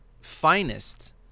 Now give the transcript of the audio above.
finest